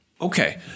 Okay